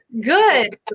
Good